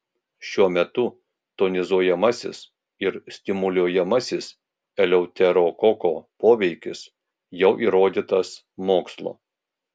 šiuo metu tonizuojamasis ir stimuliuojamasis eleuterokoko poveikis jau įrodytas mokslo